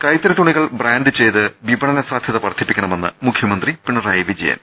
കൈത്തറി തുണികൾ ബ്രാന്റ് ചെയ്ത് വിപണനസാധ്യത വർധിപ്പിക്കണമെന്ന് മുഖ്യമന്ത്രി പിണറായി വിജയൻ